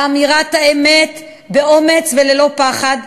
לאמירת האמת באומץ וללא פחד,